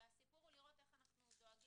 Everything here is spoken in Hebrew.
אלא הסיפור הוא איך לראות שאנחנו דואגים